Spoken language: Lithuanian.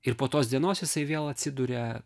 ir po tos dienos jisai vėl atsiduria